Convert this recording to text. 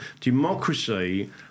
democracy